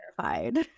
terrified